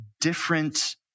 different